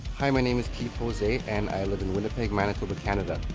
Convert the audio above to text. hi, my name is keith jose and i live in winnipeg, manitoba, canada.